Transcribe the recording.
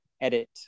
edit